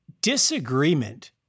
disagreement